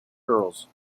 girls